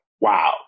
wow